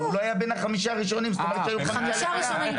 הוא לא היה בן החמישה הראשונים -- חמישה ראשונים,